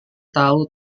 tahu